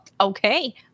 okay